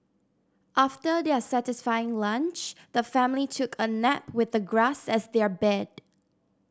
after their satisfying lunch the family took a nap with the grass as their bed